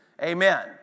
Amen